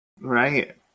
Right